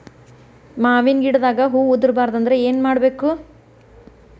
ಮಾವಿನ ಗಿಡದಾಗ ಹೂವು ಉದುರು ಬಾರದಂದ್ರ ಏನು ಮಾಡಬೇಕು?